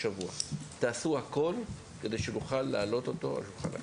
תעשו הכול כדי שנוכל להעלות אותו על שולחן הכנסת.